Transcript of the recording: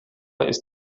ist